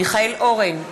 מיכאל אורן,